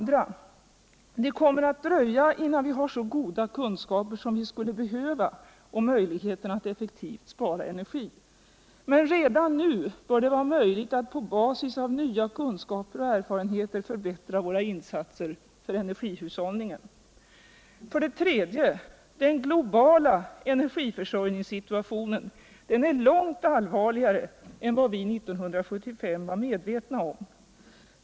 Det kommer att dröja innan vi har så goda kunskaper som vi skulle behöva om möjligheterna att effektivt spara energi. Men redan nu bör det vara möjligt att på basis av nya kunskaper och erfarenheter förbättra våra insatser för energihushållningen. 3. Den globala energiförsörjningssituationen är långt allvarligare än vad vi 1975 var medvetna om.